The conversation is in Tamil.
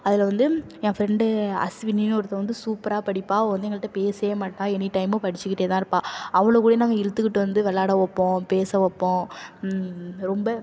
அதில் வந்து என் ஃப்ரெண்டு அஸ்வினின்னு ஒருத்தவ வந்து சூப்பராக படிப்பாள் அவள் வந்து எங்கள்கிட்ட பேசவே மாட்டாள் எனி டைமும் படிச்சிக்கிட்டே தான் இருப்பாள் அவளை கூட நாங்கள் இழுத்துக்கிட்டு வந்து விளாட வைப்போம் பேச வைப்போம் ரொம்ப